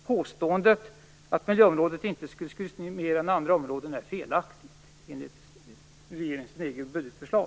Påståendet att miljöområdet inte skulle skäras ned mer än andra områden är felaktigt enligt regeringens eget budgetförslag.